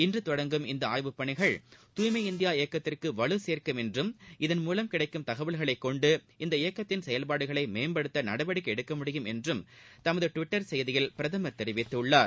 இன்று தொடங்கும் இந்த ஆய்வுப் பணிகள் தூய்ஸம இந்தியா இயக்கத்திற்கு வலு சேர்க்கும் என்றும் இதன்மூவம் கிடைக்கும் தகவல்களைக் கொண்டு இந்த இயக்கத்தின் செயல்பாடுகளை மேம்படுத்த நடவடிக்கை எடுக்க முடியும் என்று தமது டுவிட்டர் செய்தியில் தெரிவித்துள்ளார்